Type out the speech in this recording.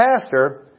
pastor